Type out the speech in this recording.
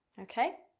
okay?